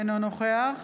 אינו נוכח